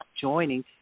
joining